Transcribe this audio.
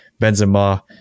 Benzema